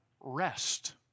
rest